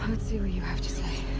um let's see what you have to say.